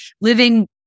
living